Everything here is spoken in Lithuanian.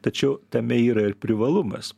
tačiau tame yra ir privalumas